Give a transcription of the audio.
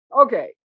Okay